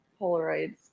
Polaroids